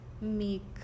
make